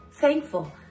Thankful